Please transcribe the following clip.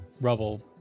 rubble